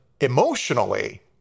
emotionally